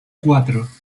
cuatro